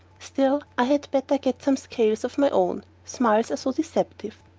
still, i had better get some scales of my own, smiles are so deceptive.